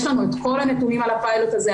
יש לנו את כל הנתונים על הפיילוט הזה,